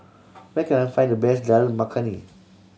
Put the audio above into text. where can I find the best Dal Makhani